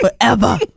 forever